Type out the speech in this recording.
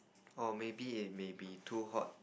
oh maybe it maybe too hot